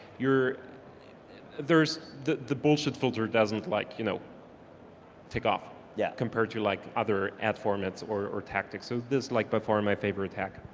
you're there's the the bullshit filter doesn't like you know tick off yeah compared to like other ad formats or tactics. so this like by far and my favorite tact.